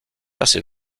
assez